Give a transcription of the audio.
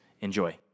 Enjoy